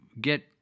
get